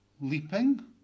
leaping